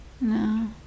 No